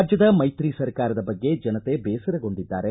ರಾಜ್ಯದ ಮೈತ್ರಿ ಸರ್ಕಾರದ ಬಗ್ಗೆ ಜನತೆ ಬೇಸರಗೊಂಡಿದ್ದಾರೆ